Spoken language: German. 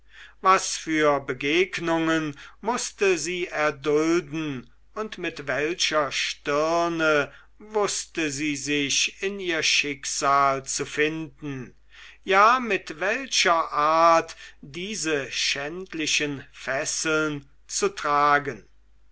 was für begegnungen mußte sie erdulden und mit welcher stirne wußte sie sich in ihr schicksal zu finden ja mit welcher art diese schändlichen fesseln zu tragen